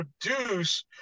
produce